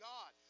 God